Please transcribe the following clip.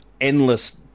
endless